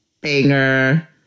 banger